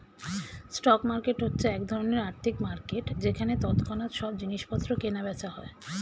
stock market হচ্ছে এক ধরণের আর্থিক মার্কেট যেখানে তৎক্ষণাৎ সব জিনিসপত্র কেনা বেচা হয়